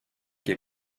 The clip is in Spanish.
que